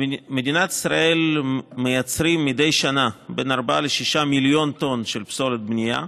במדינת ישראל מייצרים מדי שנה בין 4 ל-6 מיליון טון של פסולת בנייה.